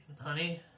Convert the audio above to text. honey